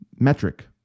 Metric